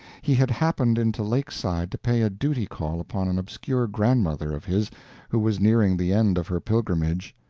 he had happened into lakeside to pay a duty-call upon an obscure grandmother of his who was nearing the end of her pilgrimage,